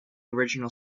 original